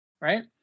right